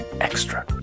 extra